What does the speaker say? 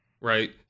right